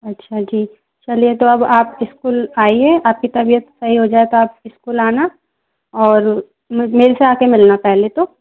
अच्छा ठीक चलिए तो अब आप इस्कूल आइए आपकी तबियत सही हो जाए तो आप इस्कूल आना और मे मेरे से आके मिलना पहले तो